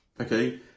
Okay